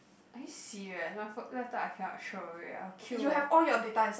are you serious my pho~ laptop I cannot throw away I'll kill my